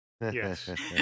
Yes